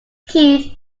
keith